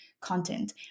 content